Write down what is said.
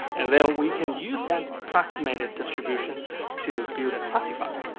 and then, we can use that approximated distribution to build a classifier.